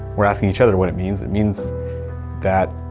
we're asking each other what it means. it means that